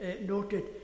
noted